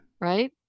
right